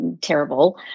terrible